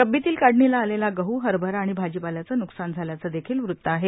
रब्बीतील काढणीला आलेल्या गह हरभरा आणि भाजीपाल्याचं न्कसान झाल्याचं देखील वृत्त आहे